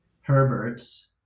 herberts